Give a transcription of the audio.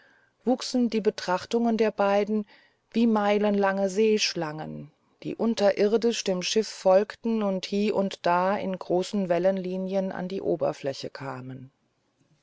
wuchsen die betrachtungen der beiden wie meilenlange seeschlangen die unterirdisch dem schiff folgten und hie und da in großen wellenlinien an die oberfläche kämen